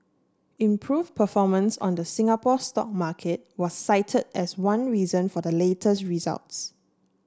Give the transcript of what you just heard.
improved performance on the Singapore stock market was cited as one reason for the latest results